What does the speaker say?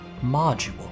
module